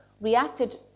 reacted